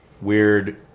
weird